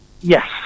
Yes